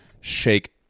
shake